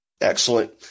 Excellent